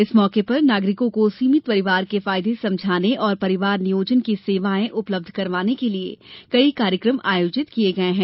इस मौके पर नागरिकों को सीमित परिवार के फायदे समझाने और परिवार नियोजन की सेवाएँ उपलब्ध करवाने के लिये कई कार्यक्रम आयोजित किये गये हैं